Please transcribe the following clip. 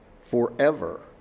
forever